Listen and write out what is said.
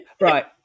right